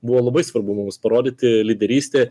buvo labai svarbu mums parodyti lyderystę